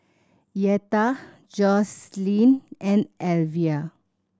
Yetta Jocelyn and Alivia